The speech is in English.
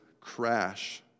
crash